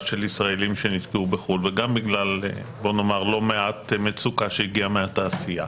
של ישראלים שנתקעו בחו"ל וגם בגלל לא מעט מצוקה שהגיעה מהתעשייה.